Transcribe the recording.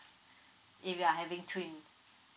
if you are having twin